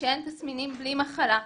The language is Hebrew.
שאין תסמינים בלי מחלה,